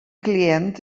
client